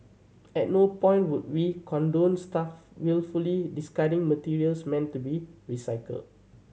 at no point would we condone staff wilfully discarding materials meant to be recycle